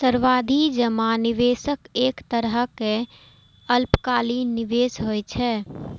सावधि जमा निवेशक एक तरहक अल्पकालिक निवेश होइ छै